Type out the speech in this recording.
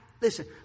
Listen